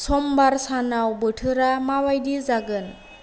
समबार सानाव बोथोरा माबायदि जागोन